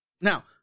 now